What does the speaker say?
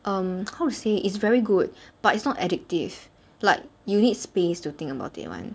um how to say is very good but is not addictive like you need space to think about it [one]